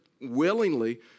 willingly